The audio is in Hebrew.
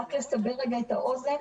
רק לסבר רגע את האוזן,